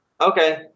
Okay